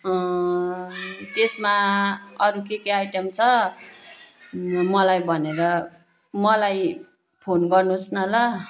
त्यसमा अरू के के आइटम छ मलाई भनेर मलाई फोन गर्नुहोस् न ल